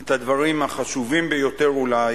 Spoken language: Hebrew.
את הדברים החשובים ביותר אולי